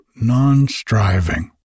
non-striving